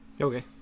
Okay